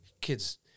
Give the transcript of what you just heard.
Kids